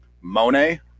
Monet